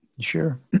Sure